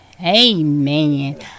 Amen